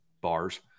bars